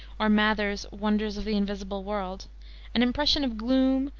or mather's wonders of the invisible world an impression of gloom,